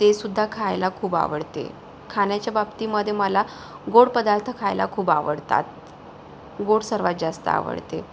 ते सुद्धा खायला खूप आवडते खाण्याच्या बाबतीमध्ये मला गोड पदार्थ खायला खूप आवडतात गोड सर्वात जास्त आवडते